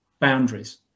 boundaries